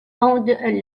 owned